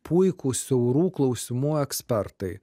puikūs siaurų klausimų ekspertai